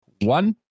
one